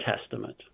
Testament